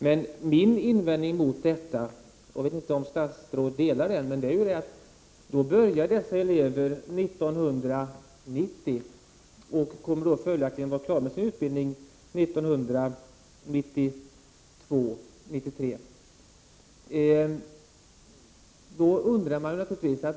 Men min invändning mot detta — jag vet inte om statsrådet delar den — är att dessa elever börjar 1990 och följaktligen kommer att vara klara med sin utbildning 1992/93.